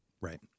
Right